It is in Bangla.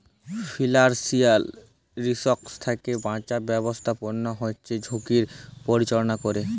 ফিলালসিয়াল রিসক থ্যাকে বাঁচার ব্যাবস্থাপনা হচ্যে ঝুঁকির পরিচাললা ক্যরে